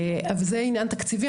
אבל זה עניין תקציבי,